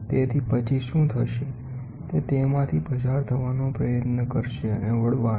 તેથી પછી શું થશે તે તેમાંથી પસાર થવાનો પ્રયત્ન કરશે અને વાળવાનો